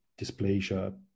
dysplasia